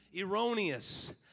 erroneous